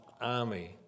army